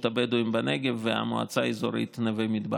הבדואים בנגב והמועצה האזורית נווה מדבר.